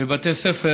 ספר